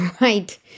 Right